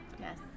Yes